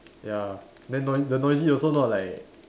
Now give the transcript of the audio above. ya then noi~ the noisy also not like